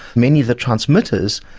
many of the transmitters.